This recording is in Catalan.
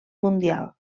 mundial